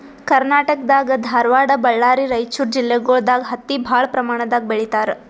ಕರ್ನಾಟಕ್ ದಾಗ್ ಧಾರವಾಡ್ ಬಳ್ಳಾರಿ ರೈಚೂರ್ ಜಿಲ್ಲೆಗೊಳ್ ದಾಗ್ ಹತ್ತಿ ಭಾಳ್ ಪ್ರಮಾಣ್ ದಾಗ್ ಬೆಳೀತಾರ್